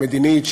המדינית,